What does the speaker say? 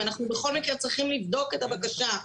אנחנו בכל מקרה צריכים לבדוק את הבקשה,